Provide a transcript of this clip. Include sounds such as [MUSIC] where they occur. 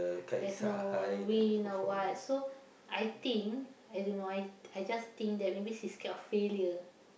[NOISE] there's no wind or what so I think I don't know I I just think think that maybe she's sacred of failure